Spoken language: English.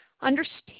Understand